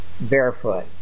barefoot